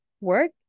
work